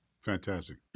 Fantastic